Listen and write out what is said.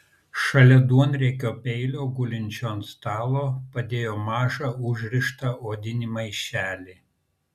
šalia duonriekio peilio gulinčio ant stalo padėjo mažą užrištą odinį maišelį